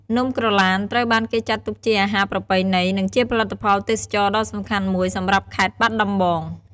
នំក្រឡានត្រូវបានគេចាត់ទុកជាអាហារប្រពៃណី និងជាផលិតផលទេសចរណ៍ដ៏សំខាន់មួយសម្រាប់ខេត្តបាត់ដំបង។